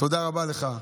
תודה רבה לך.